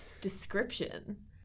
description